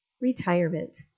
Retirement